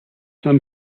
some